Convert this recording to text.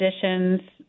conditions